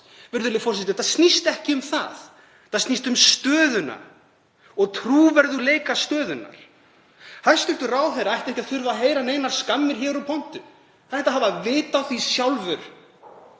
Virðulegur forseti. Þetta snýst ekki um það. Þetta snýst um stöðuna og trúverðugleika stöðunnar. Hæstv. ráðherra ætti ekki að þurfa að heyra neinar skammir héðan úr pontu. Hann ætti að hafa vit á því sjálfur